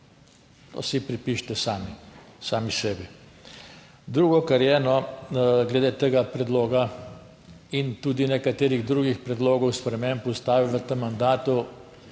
To si pripišete sami, sami sebi. Drugo, kar je glede tega predloga in tudi nekaterih drugih predlogov sprememb Ustave v tem mandatu,